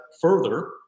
further